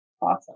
Awesome